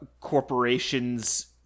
corporations